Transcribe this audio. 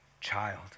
child